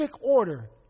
order